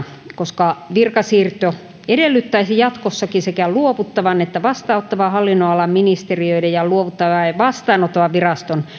koska virkasiirto edellyttäisi jatkossakin sekä luovuttavan että vastaanottavan hallinnonalan ministeriön ja luovuttavan ja vastaanottavan viraston